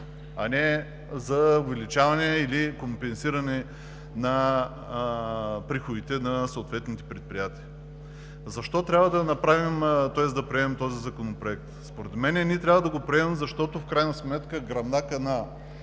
а не за увеличаване или компенсиране на приходите на съответните предприятия. Защо трябва да приемем този законопроект? Според мен ние трябва да го приемем, защото в крайна сметка гръбнакът на